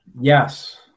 Yes